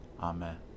Amen